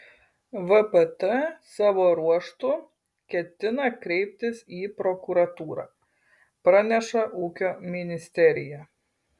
vpt savo ruožtu ketina kreiptis į prokuratūrą praneša ūkio ministerija